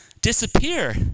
disappear